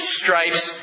stripes